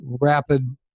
rapid